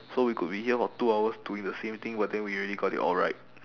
so we could be here for two hours doing the same thing but then we already got it all right